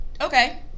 Okay